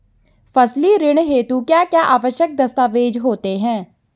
फसली ऋण हेतु क्या क्या आवश्यक दस्तावेज़ होते हैं?